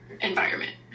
environment